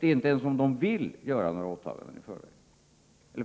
inte ens om de vill får de inte göra det.